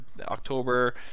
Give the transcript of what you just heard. October